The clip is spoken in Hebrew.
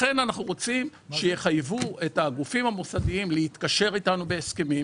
לכן אנחנו רוצים שיחייבו את הגופים המוסדיים להתקשר איתנו בהסכמים,